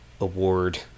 award